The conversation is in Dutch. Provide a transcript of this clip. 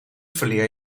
verleer